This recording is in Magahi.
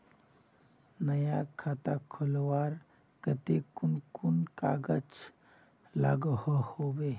नया खाता खोलवार केते कुन कुन कागज लागोहो होबे?